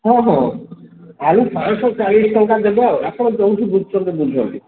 ହଁ ହଁ ଆଉ ପାଞ୍ଚଶହ ଚାଳିଶ ଟଙ୍କା ଦେବେ ଆଉ ଆପଣ ଯୋଉଠୁ ବୁଝୁଛନ୍ତି ବୁଝନ୍ତୁ